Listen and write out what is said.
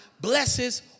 blesses